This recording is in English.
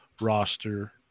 roster